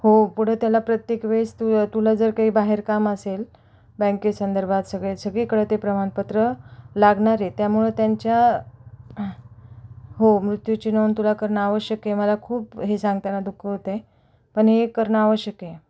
हो पुढं त्याला प्रत्येक वेळेस तु तुला जर काही बाहेर काम असेल बँकेसंदर्भात सगळे सगळीकडे ते प्रमाणपत्र लागणार आहे त्यामुळं त्यांच्या हो मृत्यूची नोंद तुला करणं आवश्यक आहे मला खूप हे सांगताना दुःख होते आहे पण हे करणं आवश्यक आहे